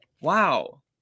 Wow